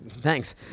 Thanks